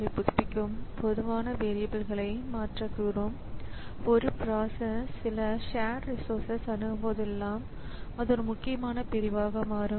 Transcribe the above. இப்பொழுது இந்த வகையான கணினிகளின் அடிப்படையான பிரச்சனை என்னவென்றால் ஒரு நேரத்தில் ஸிபியு ஒரே ஒரு வேலையை மட்டுமே செய்ய முடியும்